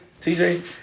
TJ